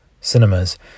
cinemas